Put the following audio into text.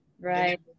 Right